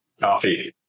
coffee